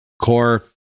core